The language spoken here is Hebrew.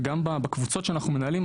וגם בקבוצות שאנחנו מנהלים,